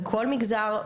בכל מגזר,